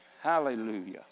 Hallelujah